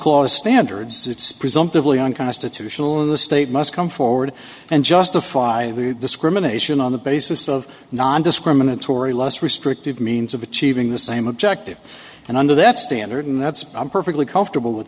clause standards it's presumptively unconstitutional and the state must come forward and justify the discrimination on the basis of nondiscriminatory less restrictive means of achieving the same objective and under that standard that's i'm perfectly comfortable with